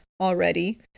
already